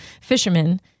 fishermen